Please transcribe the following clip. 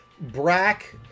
Brack